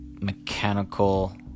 mechanical